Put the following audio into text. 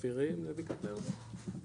שפירים לבקעת הירדן.